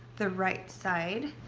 the right side.